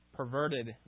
perverted